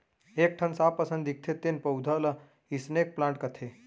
एक ठन सांप असन दिखथे तेन पउधा ल स्नेक प्लांट कथें